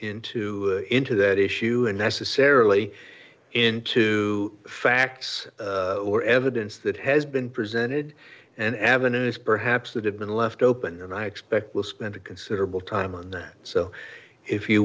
into into that issue unnecessarily into facts or evidence that has been presented and avenues perhaps that have been left open and i expect we'll spend a considerable time on that so if you